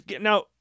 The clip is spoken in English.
Now